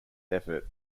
effort